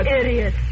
idiot